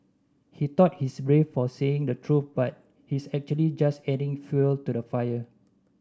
he thought he's brave for saying the truth but he's actually just adding fuel to the fire